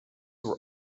were